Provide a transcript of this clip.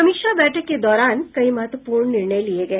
समीक्षा बैठक के दौरान कई महत्वपूर्ण निर्णय लिए गए